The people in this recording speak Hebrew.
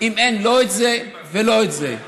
אם אין לא את זה ולא את זה,